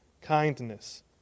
kindness